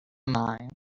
mile